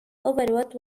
what